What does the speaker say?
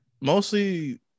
mostly